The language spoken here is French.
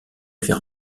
avait